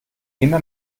immer